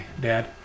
dad